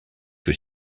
que